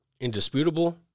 indisputable